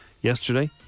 yesterday